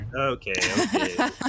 Okay